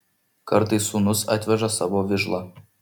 kartais sūnus atveža savo vižlą